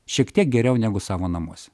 šiek tiek geriau negu savo namuose